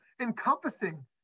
encompassing